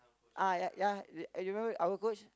uh ya ya re~ I remember our coach